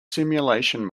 simulation